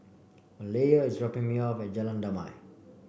Malaya is dropping me off at Jalan Damai